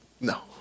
No